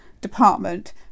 department